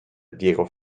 diego